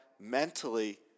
mentally